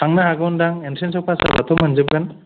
थांनो हागौ दां इनट्रेनसआव पास जाब्लाथ' मोनजोबगोन